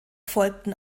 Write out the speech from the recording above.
folgten